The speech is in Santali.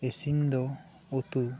ᱤᱥᱤᱱ ᱫᱚ ᱩᱛᱩ